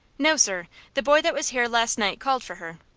no, sir the boy that was here last night called for her.